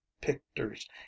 pictures